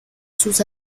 sus